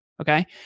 Okay